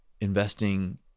investing